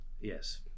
Yes